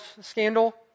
scandal